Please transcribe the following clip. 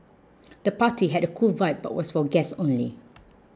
the party had a cool vibe but was for guests only